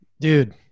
Dude